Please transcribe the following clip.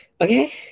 okay